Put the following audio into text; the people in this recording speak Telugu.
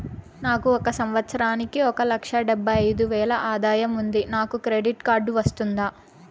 నాకు ఒక సంవత్సరానికి ఒక లక్ష డెబ్బై అయిదు వేలు ఆదాయం ఉంది నాకు క్రెడిట్ కార్డు వస్తుందా?